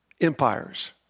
empires